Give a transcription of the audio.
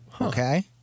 Okay